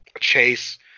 Chase